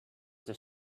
the